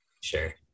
sure